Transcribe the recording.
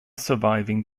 surviving